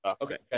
Okay